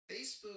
Facebook